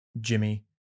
Jimmy